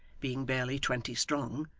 being barely twenty strong,